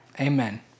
amen